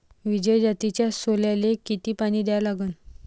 विजय जातीच्या सोल्याले किती पानी द्या लागन?